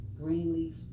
Greenleaf